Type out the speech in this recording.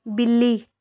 ਬਿੱਲੀ